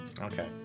Okay